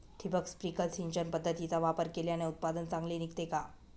ठिबक, स्प्रिंकल सिंचन पद्धतीचा वापर केल्याने उत्पादन चांगले निघते का?